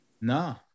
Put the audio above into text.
No